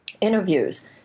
interviews